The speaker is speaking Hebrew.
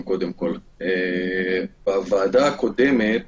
בוועדה הקודמת